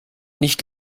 nicht